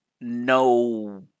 no